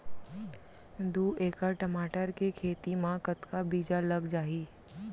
दू एकड़ टमाटर के खेती मा कतका बीजा लग जाही?